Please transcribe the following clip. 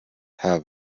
have